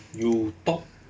you talk